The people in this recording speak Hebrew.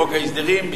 בחוק ההסדרים,